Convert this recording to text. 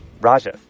Raja